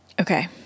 Okay